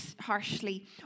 harshly